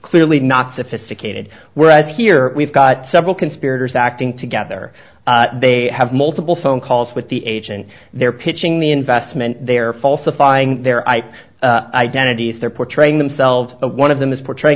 clearly not sophisticated whereas here we've got several conspirators acting together they have multiple phone calls with the agent they're pitching the investment they're falsifying their ip identities they're portraying themselves one of them is portraying